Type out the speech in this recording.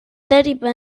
derivar